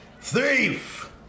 thief